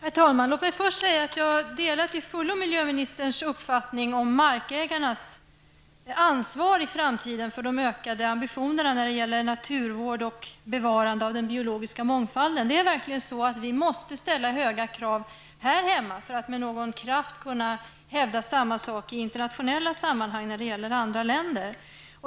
Herr talman! Låt mig säga att jag till fullo delar miljöministerns uppfattning om markägarnas ansvar i framtiden för de ökade ambitionerna när det gäller naturvården och bevarandet av den biologiska mångfalden. Det är verkligen så att vi måste ställa höga krav här hemma för att med någon kraft kunna hävda samma sak i internationella sammanhang gentemot andra länder.